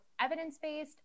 evidence-based